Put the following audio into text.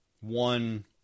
one